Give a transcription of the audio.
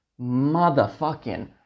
motherfucking